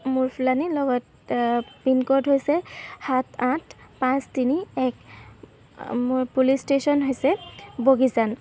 মূৰ্ফুলানি লগত পিনক'ড হৈছে সাত আঠ পাঁচ তিনি এক মোৰ পুলিচ ষ্টেশ্যন হৈছে বগীজান